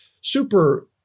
super